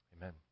Amen